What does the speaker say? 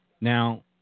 Now